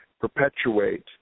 perpetuate